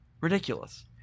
Ridiculous